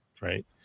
right